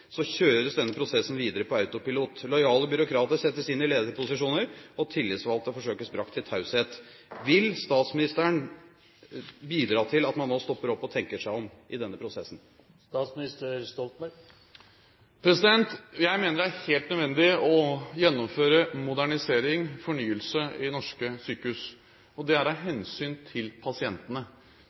kjøres denne prosessen videre på autopilot. Lojale byråkrater settes inn i lederposisjoner, og tillitsvalgte forsøkes brakt til taushet. Vil statsministeren bidra til at man nå stopper opp og tenker seg om i denne prosessen? Jeg mener det er helt nødvendig å gjennomføre modernisering og fornyelse i norske sykehus. Det er av hensyn til pasientene.